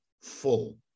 full